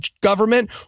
government